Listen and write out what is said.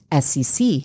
SEC